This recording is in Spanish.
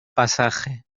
pasaje